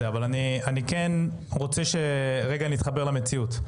אבל אני רוצה שנתחבר למציאות.